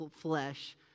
flesh